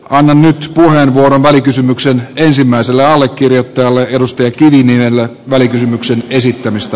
annan nyt puheenvuoron välikysymyksen ensimmäiselle allekirjoittajalle edustaja mari kiviniemelle välikysymyksen esittämistä